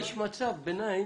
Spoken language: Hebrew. ויש מצב ביניים